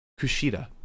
Kushida